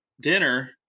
dinner